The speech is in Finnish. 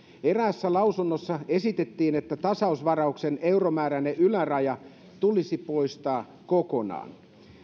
eräässä lausunnossa esitettiin että tasausvarauksen euromääräinen yläraja tulisi poistaa kokonaan